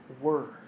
Word